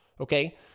Okay